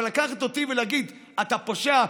אבל לקחת אותי ולהגיד: אתה פושע,